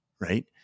right